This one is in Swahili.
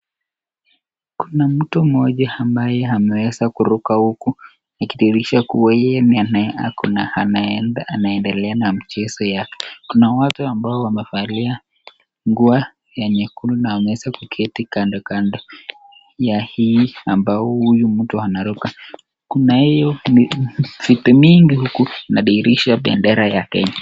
Kuna mtu Mmoja ambaye ameweza kuruka huku ikidhihirisha kuwa yeye na mchezo ]ao wao Kuna watu wamevalia nguo ya nyekundu na wameweza kuketi kandokando ya hii ambayo huyu mtu anaruka, kunaye viti mingi huko inadhihirisha pendera ya Kenya.